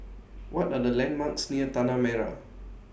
What Are The landmarks near Tanah Merah